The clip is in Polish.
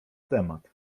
temat